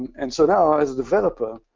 and so now as a developer,